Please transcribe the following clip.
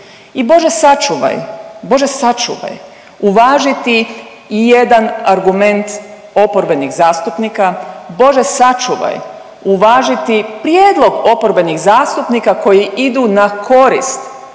I Bože sačuvaj, Bože sačuvaj uvažiti ijedan argument oporbenih zastupnika, Bože sačuvaj uvažiti prijedlog oporbenih zastupnika koji idu na korist